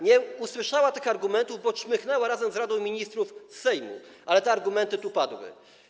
Nie usłyszała tych argumentów, bo czmychnęła razem z Radą Ministrów z Sejmu, ale te argumenty tu padły.